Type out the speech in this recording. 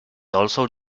also